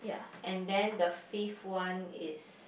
and then the fifth one is